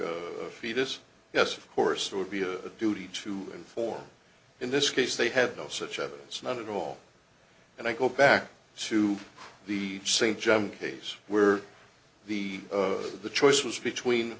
like a fetus yes of course it would be a duty to inform in this case they had no such evidence not at all and i go back to the st john case where the the choice was between